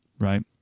right